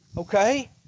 Okay